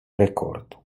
rekord